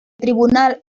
tribunal